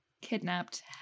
kidnapped